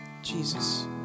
Jesus